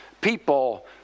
people